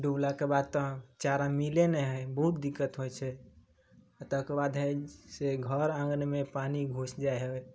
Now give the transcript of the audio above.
डुबलाके बाद तऽ चारा मिलै नहि है बहुत दिक्कत होइ छै तकर बाद है से घर आँगनमे पानी घुसि जाइ है